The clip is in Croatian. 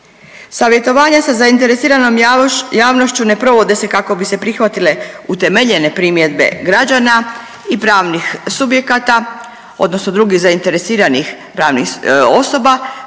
Savjetovanja sa zainteresiranom javnošću ne provode se kako bi se prihvatile utemeljene primjedbe građana i pravnih subjekata, odnosno drugih zainteresiranih pravnih osoba,